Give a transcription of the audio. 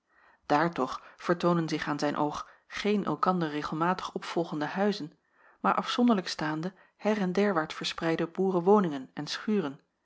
daar toch vertoonen zich aan zijn oog geen elkander regelmatig opvolgende huizen maar afzonderlijk staande heren derwaart verspreide boerewoningen en schuren